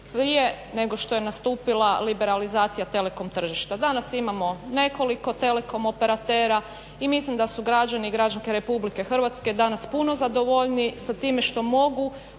nego što je nastupila liberalizacija telekom tržišta. Danas imamo nekoliko telekom operatera i mislim da su građani i građanke Republike Hrvatske danas puno zadovoljniji sa time što mogu